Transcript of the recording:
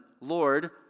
Lord